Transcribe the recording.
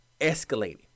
escalating